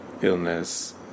illness